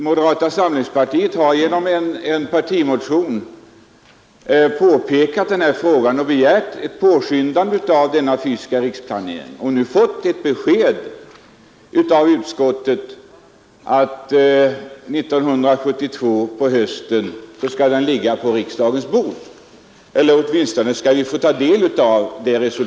Moderata samlingspartiet har i en partimotion begärt att arbetet med den fysiska riksplaneringen skall påskyndas, och vi har nu fått det beskedet från utskottet att den på hösten 1972 skall ligga på riksdagens bord — åtminstone skall vi då kunna ta del av resultatet av detta arbete.